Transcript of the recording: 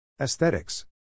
Aesthetics